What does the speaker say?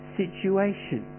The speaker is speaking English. situation